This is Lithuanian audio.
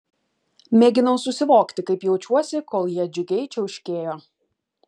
mėginau susivokti kaip jaučiuosi kol jie džiugiai čiauškėjo